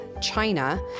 China